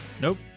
Nope